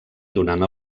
donant